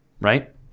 Right